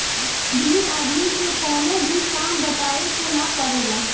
उद्यमी आदमी के कवनो भी काम बतावे के ना पड़ेला